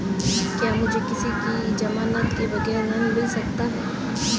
क्या मुझे किसी की ज़मानत के बगैर ऋण मिल सकता है?